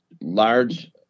large